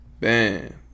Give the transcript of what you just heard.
Bam